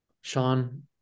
Sean